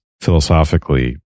philosophically